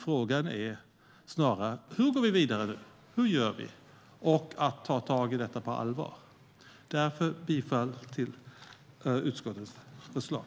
Frågan är snarare hur vi ska gå vidare och att ta tag i problemet på allvar. Därför yrkar jag bifall till utskottets förslag.